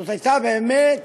זאת הייתה באמת